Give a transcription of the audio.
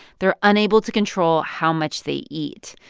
they're unable to control how much they eat.